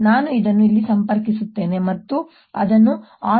ನಾನು ಅದನ್ನು ಇಲ್ಲಿ ಸಂಪರ್ಕಿಸುತ್ತೇನೆ ಮತ್ತು ಮತ್ತೆ ಅದನ್ನು ಆನ್ ಮಾಡೋಣ